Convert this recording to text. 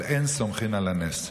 אבל אין סומכין על הנס.